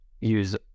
use